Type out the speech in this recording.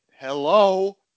hello